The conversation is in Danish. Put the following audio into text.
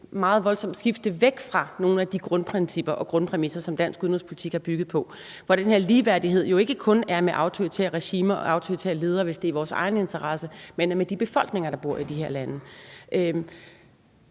meget voldsomt skifte væk fra nogle af de grundprincipper og grundpræmisser, som dansk udenrigspolitik er bygget på, hvor den her ligeværdighed jo ikke kun er med autoritære regimer og autoritære ledere, hvis det er i vores egen interesse, men med de befolkninger, der bor i de her lande.